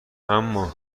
اما